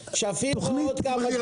שפיר או עוד כמה דברים?